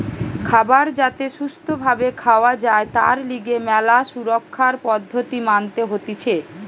খাবার যাতে সুস্থ ভাবে খাওয়া যায় তার লিগে ম্যালা সুরক্ষার পদ্ধতি মানতে হতিছে